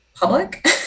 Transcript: public